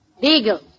Beagle